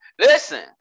listen